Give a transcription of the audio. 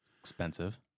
Expensive